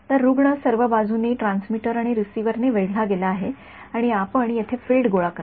तर रुग्ण सर्व बाजूंनी ट्रान्समीटर आणि रिसीव्हर नी वेढला गेला आहे आणि आपण येथे फील्ड गोळा करता